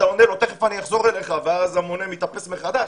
אתה עונה לו שתכף תחזור אליו ואז המונה מתאפס מחדש,